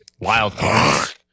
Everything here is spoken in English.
wild